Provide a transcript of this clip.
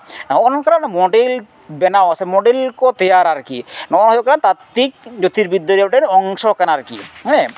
ᱱᱚᱜᱼᱚ ᱱᱚᱝᱠᱟᱱᱟᱜ ᱫᱚ ᱢᱚᱰᱮᱞ ᱵᱮᱱᱟᱣᱟ ᱥᱮ ᱢᱚᱰᱮᱞ ᱠᱚ ᱛᱮᱭᱟᱨᱟ ᱟᱨᱠᱤ ᱱᱚᱣᱟ ᱦᱩᱭᱩᱜ ᱠᱟᱱᱟ ᱛᱟᱛᱛᱤᱠ ᱡᱳᱛᱤᱨᱵᱤᱫᱽᱫᱟᱹ ᱨᱮᱭᱟᱜ ᱢᱤᱫᱴᱮᱱ ᱚᱝᱥᱚ ᱠᱟᱱᱟ ᱟᱨᱠᱤ ᱦᱮᱸ